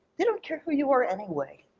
they don't care who you are anyway,